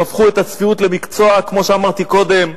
הם הפכו את הצביעות למקצוע, כמו שאמרתי קודם.